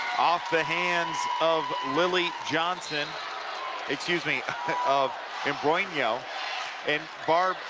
off the hands of lily johnson excuse me of imbrogno and, barbarbara,